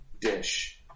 dish